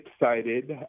excited